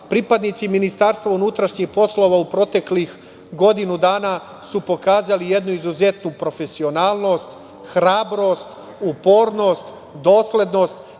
kriminala. Pripadnici Ministarstva unutrašnjih poslova u proteklih godinu dana su pokazali jednu izuzetnu profesionalnost, hrabrost, upornost, doslednost